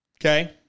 okay